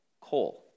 coal